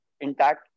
intact